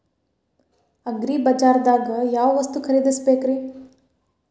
ಅಗ್ರಿಬಜಾರ್ದಾಗ್ ಯಾವ ವಸ್ತು ಖರೇದಿಸಬೇಕ್ರಿ?